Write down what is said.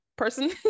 Person